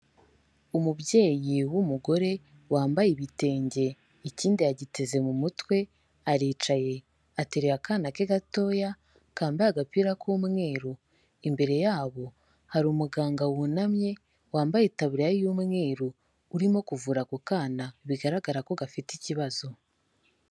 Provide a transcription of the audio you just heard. Umubyeyi w'umugore, wambaye ibitenge. Ikindi yagiteze mu mutwe, aricaye ateruye akana ke gatoya, kambaye agapira k'umweru. Imbere yabo hari umuganga wunamye, wambaye itaburiya y'umweru. Urimo kuvura ako kana, bigaragara ko gafite ikibazo.